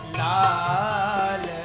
lal (